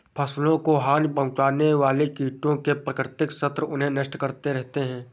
फसलों को हानि पहुँचाने वाले कीटों के प्राकृतिक शत्रु उन्हें नष्ट करते रहते हैं